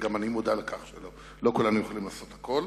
וגם אני מודע לכך שלא כולנו יכולים לעשות הכול.